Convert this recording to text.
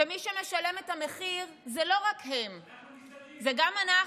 ומי שמשלם את המחיר הוא לא רק הם אלא גם אנחנו,